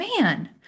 man